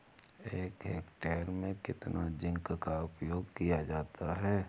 एक हेक्टेयर में कितना जिंक का उपयोग किया जाता है?